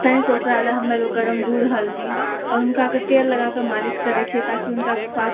ताहिसँ ओकरा लए हम गरम दूध हल्दी आओर उनकाके तेल लगाके मालिश करै छियै ताकि उनका स्वास्थ